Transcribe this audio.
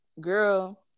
girl